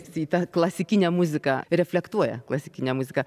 į tą klasikinę muziką reflektuoja klasikinę muziką